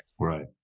Right